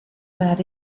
mad